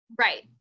Right